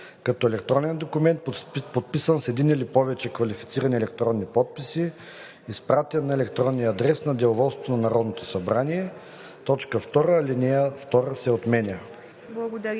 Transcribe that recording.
като електронен документ, подписан с един или повече квалифицирани електронни подписи, изпратен на електронния адрес на деловодството на Народното събрание“. 2. Алинея 2 се отменя.“